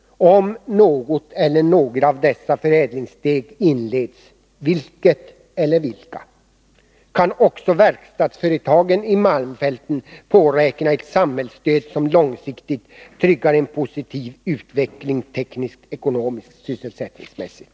Om något eller några av dessa förädlingssteg Nr 61 inleds, vilket eller vilka blir det i så fall? Kan också verkstadsföretagen i Måndagen den malmfälten påräkna ett samhällsstöd som långsiktigt tryggar en positiv 17 januari 1983 utveckling tekniskt, ekonomiskt och sysselsättningsmässigt?